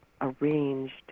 arranged